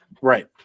right